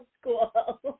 school